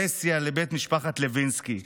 פסיה לבית משפחת לוינסקי,